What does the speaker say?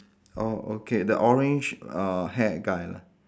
oh okay the orange uh hair guy lah